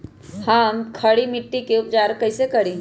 हम खड़ी मिट्टी के उपचार कईसे करी?